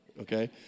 Okay